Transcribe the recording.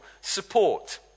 support